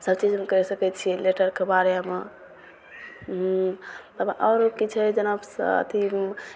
सब चीजमे करि सकै छिए लेटरके बारेमे तब आओर किछु हइ जेना से अथी उम्म